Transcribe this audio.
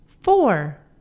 four